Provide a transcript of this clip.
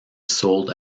sold